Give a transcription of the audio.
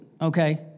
Okay